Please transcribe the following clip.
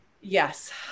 Yes